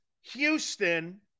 Houston